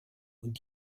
und